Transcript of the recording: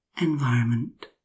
environment